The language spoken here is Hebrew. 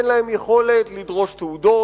ואין להן יכולת לדרוש תעודות.